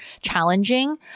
challenging